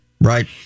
Right